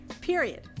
period